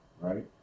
right